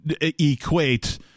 equate